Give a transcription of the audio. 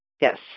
yes